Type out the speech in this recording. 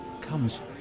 comes